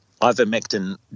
ivermectin